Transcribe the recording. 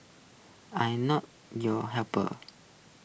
I not your help